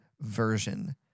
version